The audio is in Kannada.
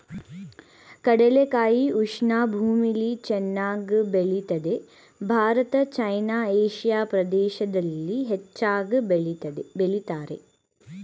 ಕಡಲೆಕಾಯಿ ಉಷ್ಣ ಭೂಮಿಲಿ ಚೆನ್ನಾಗ್ ಬೆಳಿತದೆ ಭಾರತ ಚೈನಾ ಏಷಿಯಾ ಪ್ರದೇಶ್ದಲ್ಲಿ ಹೆಚ್ಚಾಗ್ ಬೆಳಿತಾರೆ